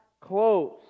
close